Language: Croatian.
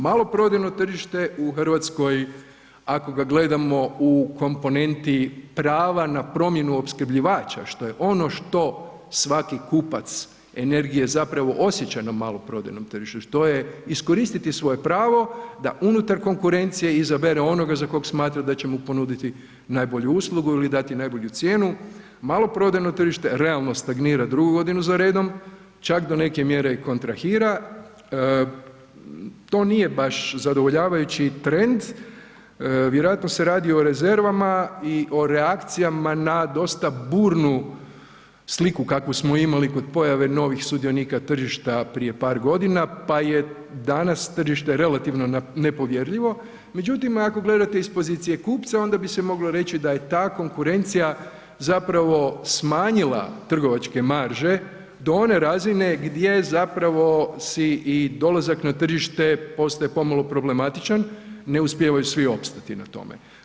Maloprodajno tržište u RH ako ga gledamo u komponenti prava na promjenu opskrbljivača što je ono što svaki kupac energije zapravo osjeća na maloprodajnom tržištu, to je iskoristiti svoje pravo da unutar konkurencije izabere onoga za kog smatra da će mu ponuditi najbolju uslugu ili dati najbolju cijenu, maloprodajno tržište realno stagnira drugu godinu za redom, čak do neke mjere i kontrahira, to nije baš zadovoljavajući trend, vjerojatno se radi o rezervama i o reakcijama na dosta burnu sliku kakvu smo imali kod pojave novih sudionika tržišta prije par godina, pa je danas tržište relativno nepovjerljivo, međutim ako gledate iz pozicije kupca, onda bi se moglo reći da je ta konkurencija zapravo smanjila trgovačke marže do one razine gdje zapravo si i dolazak na tržište postaje pomalo problematičan, ne uspijevaju svi opstati na tome.